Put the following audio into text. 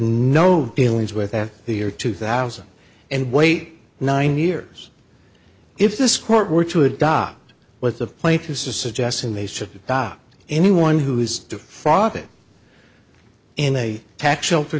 no dealings with at the year two thousand and wait nine years if this court were to adopt what the plaintiffs are suggesting they should stop anyone who is the father in a tax shelter